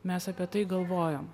mes apie tai galvojom